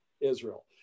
Israel